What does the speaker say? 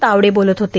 तावडे बोलत होते